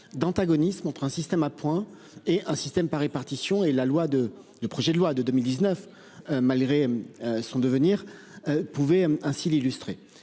d'antagonisme entre un système à points et un système par répartition et la loi de du projet de loi de 2019, malgré. Son devenir. Pouvez ainsi l'illustrer.